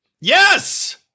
Yes